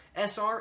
sr